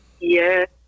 Yes